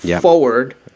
forward